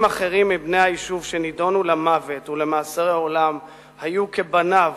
אחרים מבני היישוב שנידונו למוות ולמאסרי עולם היו כבניו,